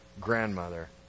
grandmother